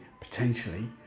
potentially